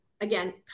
again